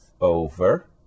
over